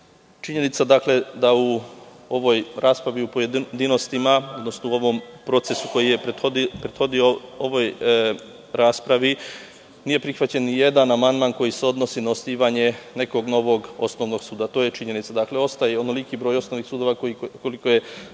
činjenica to je da u ovoj raspravi u pojedinostima, u ovom procesu koji je prethodio ovoj raspravi, nije prihvaćen ni jedan amandman koji se odnosi na osnivanje nekog novog osnovnog suda. To je činjenica. Dakle, ostaje onoliki broj osnovnih sudova koliko je